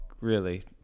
really-